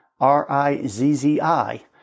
r-i-z-z-i